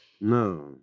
No